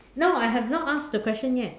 no I have not asked the question yet